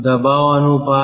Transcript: तो दबाव अनुपात